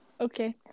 Okay